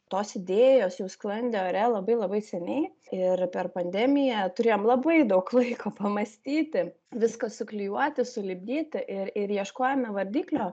tos idėjos jau sklandė ore labai labai seniai ir per pandemiją turėjom labai daug laiko pamąstyti viską suklijuoti sulipdyti ir ir ieškojome vardiklio